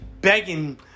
begging